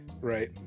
right